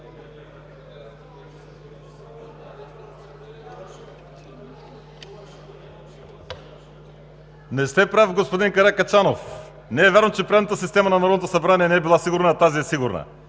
Не сте прав, господин Каракачанов. Не е вярно, че електронната системата на Народното събрание не е била сигурна, а тази е сигурна!